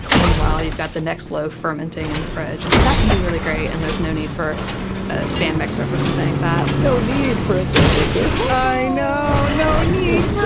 meanwhile, you've got the next loaf fermenting in the fridge. and that can be really great, and there's no need for a stand mixer for something like that no knead for a stand mixer whoa. i know. no knead for